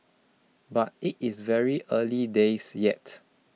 but it is very early days yet